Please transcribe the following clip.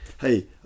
hey